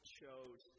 chose